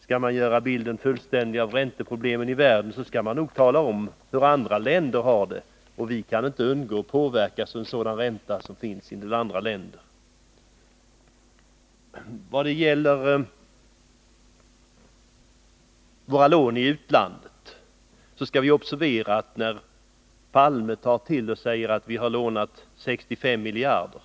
För att göra bilden av ränteproblemet fullständig skall man nog också tala om hur andra länder har det. Vi kan alltså inte undgå att påverkas av ränteläget i andra länder. Vad gäller våra lån i utlandet tog Olof Palme till och sade att vi har lånat 65 miljarder.